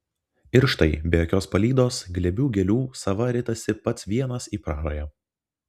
ir štai be jokios palydos glėbių gėlių sava ritasi pats vienas į prarają